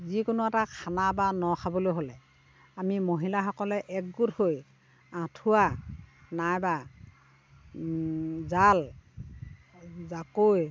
যিকোনো এটা খানা বা ন খাবলৈ হ'লে আমি মহিলাসকলে একগোট হৈ আঠুৱা নাইবা জাল জাকৈ